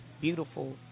beautiful